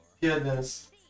goodness